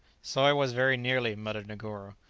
so i was very nearly, muttered negoro. ah,